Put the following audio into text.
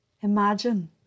Imagine